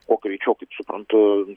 kuo greičiau kaip suprantu